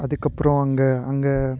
அதுக்கப்புறம் அங்கே அங்கே